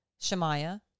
Shemaiah